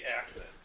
Accent